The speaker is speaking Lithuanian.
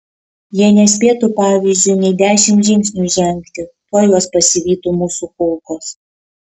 jie nespėtų pavyzdžiui nė dešimt žingsnių žengti tuoj juos pasivytų mūsų kulkos